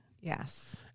Yes